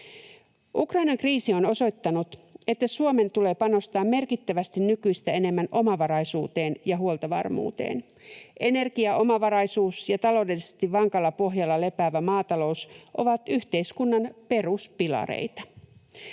Ukrainan kriisi on osoittanut, että Suomen tulee panostaa merkittävästi nykyistä enemmän omavaraisuuteen ja huoltovarmuuteen. Energiaomavaraisuus ja taloudellisesti vankalla pohjalla lepäävä maatalous ovat yhteiskunnan peruspilareita.